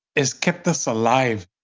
it's kept us alive